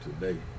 today